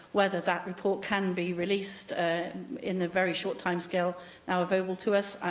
whether that report can be released in the very short timescale now available to us.